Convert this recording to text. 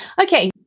Okay